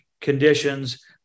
conditions